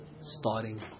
starting